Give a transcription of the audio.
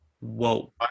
Whoa